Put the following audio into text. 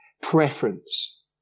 preference